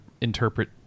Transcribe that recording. interpret